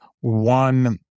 one